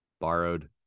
Borrowed